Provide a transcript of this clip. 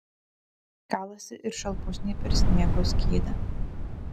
kalasi ir šalpusniai per sniego skydą